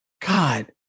God